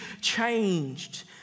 changed